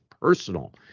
personal